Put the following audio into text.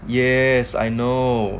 yes I know